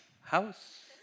house